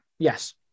Yes